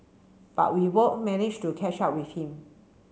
but we both managed to catch up with him